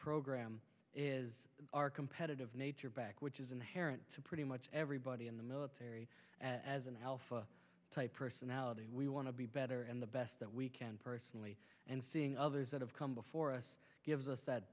program is our competitive nature back which is inherent to pretty much everybody in the military as an alpha type personality we want to be better and the best that we can personally and seeing others that have come before us gives us